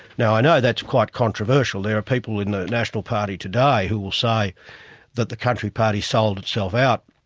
now i know that's quite controversial there are people in the national party today who will say that the country party sold itself out